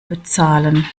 bezahlen